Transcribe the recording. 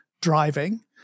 driving